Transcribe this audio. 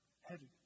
heavy